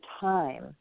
time